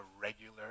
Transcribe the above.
regular